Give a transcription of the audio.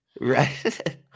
right